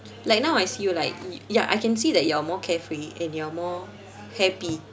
like now I see you like y~ ya I can see that you're more carefree and you're more happy